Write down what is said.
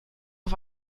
auf